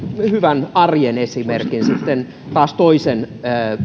hyvän arjen esimerkin sitten taas toisen